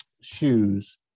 shoes